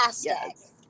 Yes